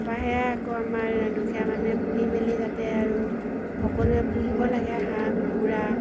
তাৰপৰা সেয়া আকৌ আমাৰ দুখীয়া মানুহে পুহি মেলি যাতে আৰু সকলোৱে পুহিব লাগে হাঁহ কুকুৰা